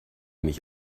mich